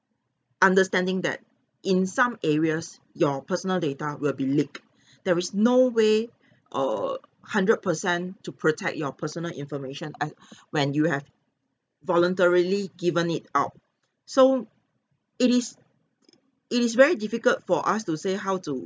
understanding that in some areas your personal data will be leaked there is no way err hundred per cent to protect your personal information as when you have voluntarily given it out so it is it is very difficult for us to say how to